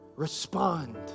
respond